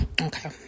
Okay